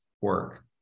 work